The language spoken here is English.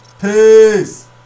peace